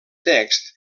text